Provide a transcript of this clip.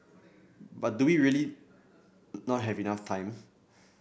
but do we really not have enough time